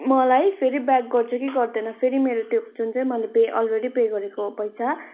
मलाई फेरि ब्याक गर्छ कि गर्दैन फेरि मेरो त्यो जुन चाहिँ मैले अलरेडी पे गरेको पैसा